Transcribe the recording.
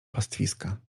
pastwiska